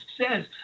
says